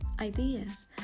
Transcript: ideas